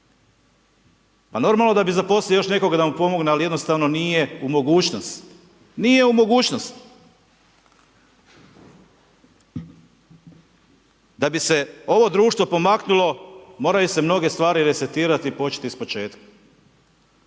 pa normalno da bi zaposlio još nekoga da mu pomogne, ali jednostavno nije u mogućnost, nije u mogućnost. Da bi se ovo društvo pomaknulo, moraju se mnoge stvari resetirati i početi ispočetka.